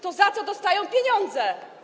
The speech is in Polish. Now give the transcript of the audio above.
To za co dostają pieniądze?